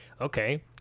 okay